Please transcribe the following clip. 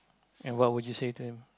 and what would you say to him